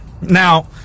Now